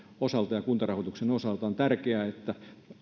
osalta kuntarahoituksen osalta on tärkeää että